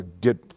get